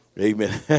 amen